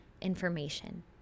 information